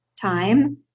time